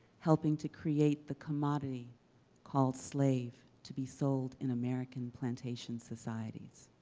helping to create the commodity called slave to be sold in american plantation societies.